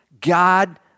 God